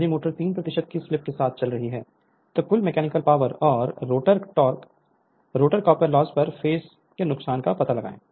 यदि मोटर 3 की स्लिप के साथ चल रही हो तो कुल मैकेनिकल पावर और रोटर कॉपर लॉस पर पेज के नुकसान का पता लगाएं